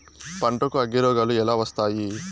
పంటకు అగ్గిరోగాలు ఎలా వస్తాయి?